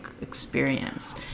experience